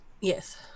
Yes